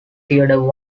theodore